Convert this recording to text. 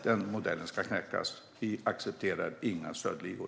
Den modellen ska knäckas. Vi accepterar inga stöldligor.